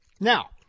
Now